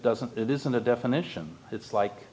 doesn't it isn't a definition it's like